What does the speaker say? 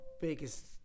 biggest